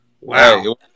Wow